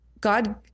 God